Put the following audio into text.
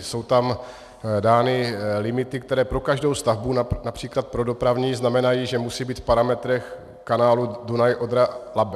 Jsou tam dány limity, které pro každou stavbu, například pro dopravní, znamenají, že musí být v parametrech kanálu DunajOdraLabe.